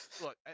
look